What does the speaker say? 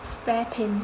spare paint